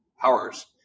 powers